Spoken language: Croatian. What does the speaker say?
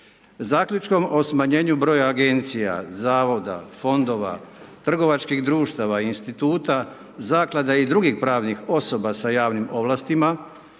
Zaključkom o smanjenju broja agencija, zavoda, fondova, trgovačkih društava i instituta, zaklada i drugih pravnih osoba sa javnim ovlastima